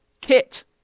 kit